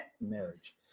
marriage